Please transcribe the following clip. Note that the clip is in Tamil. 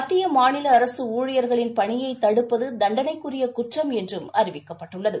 மத்திய மாநிலஅரசுஊழியர்களின் பணியைதடுப்பதுதண்டணைக்குரியகுற்றம் என்றும் அறிவிக்கப்பட்டுள்ளது